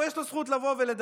יש לו זכות לבוא ולדבר,